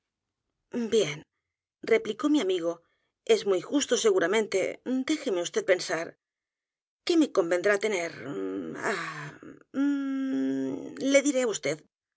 bien replicó mi amigo es muy justo seguramente déjeme vd pensar que me convendrá tener ah le diré á vd